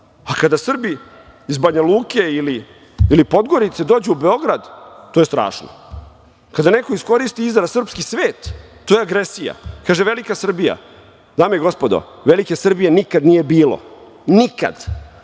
Kada Srbi iz Banja Luke ili Podgorice dođu u Beograd, to je strašno. Kada neko iskoristi izraz srpski svet, to je agresija. Kaže - velika Srbija. Dame i gospodo, velike Srbije nikada nije bilo. Nikada.